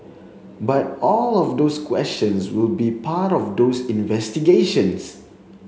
but all of those questions will be part of those investigations